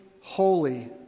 holy